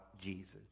Jesus